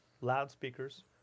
Loudspeakers